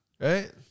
right